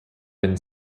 been